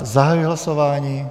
Zahajuji hlasování.